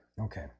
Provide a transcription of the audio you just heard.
Okay